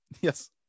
Yes